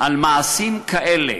על מעשים כאלה,